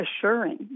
assuring